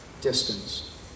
distance